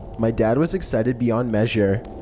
my dad was excited beyond measure.